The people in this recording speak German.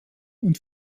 und